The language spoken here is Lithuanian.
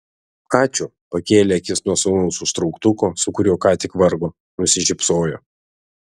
ačiū pakėlė akis nuo sūnaus užtrauktuko su kuriuo ką tik vargo nusišypsojo